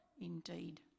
Indeed